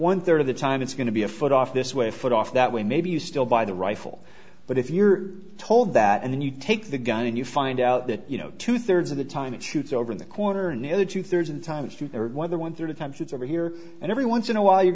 one third of the time it's going to be a foot off this way a foot off that way maybe you still buy the rifle but if you're told that and then you take the gun and you find out that you know two thirds of the time it shoots over in the corner near two thirds of the time it's true or whether one hundred times it's over here and every once in a while you're